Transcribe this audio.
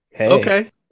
Okay